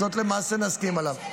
למעשה נסכים עליו.